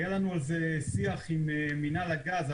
היה לנו על זה שיח עם מינהל הגז.